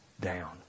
down